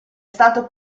stato